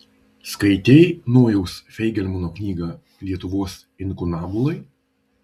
skaitei nojaus feigelmano knygą lietuvos inkunabulai